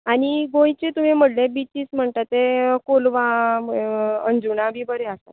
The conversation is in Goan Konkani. आनी गोंयचें तुवें म्हणलें बिचीस म्हणटा ते कोलवा अंजुणा बी बरें आहा